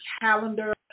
calendar